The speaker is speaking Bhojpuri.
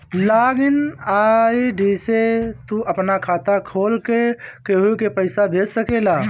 लॉग इन आई.डी से तू आपन खाता खोल के केहू के पईसा भेज सकेला